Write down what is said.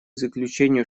заключению